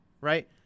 Right